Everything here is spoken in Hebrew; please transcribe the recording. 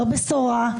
לא בשורה,